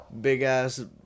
big-ass